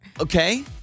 Okay